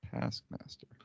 Taskmaster